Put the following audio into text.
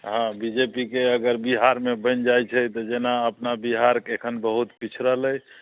हँ B J P के अगर बिहारमे बनि जाइ छै तऽ जेना अपना बिहारके एखन बहुत पिछड़ल अइ